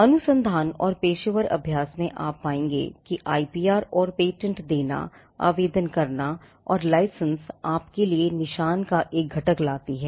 अनुसंधान और पेशेवर अभ्यास में आप पाएंगे कि आईपीआर और पेटेंट देना आवेदन करना और लाइसेंस आपके लिए निशान का एक घटक लाती है